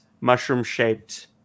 mushroom-shaped